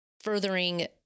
furthering